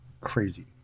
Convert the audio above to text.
crazy